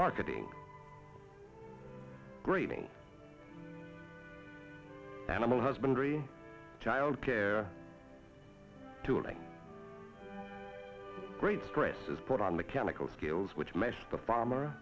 marketing grading animal husbandry child care to a great stress is put on mechanical scales which measures the farmer